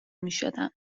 میشدم